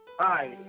Hi